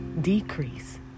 decrease